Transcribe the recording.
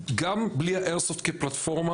גם בלי האיירסופט כפלטפורמה,